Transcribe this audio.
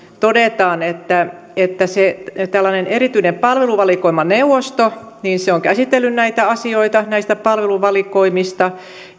todetaan että että tällainen erityinen palveluvalikoimaneuvosto on käsitellyt näitä asioita näistä palveluvalikoimista